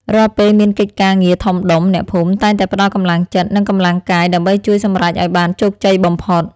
រាល់ពេលមានកិច្ចការងារធំដុំអ្នកភូមិតែងតែផ្ដល់កម្លាំងចិត្ត និងកម្លាំងកាយដើម្បីជួយសម្រេចឱ្យបានជោគជ័យបំផុត។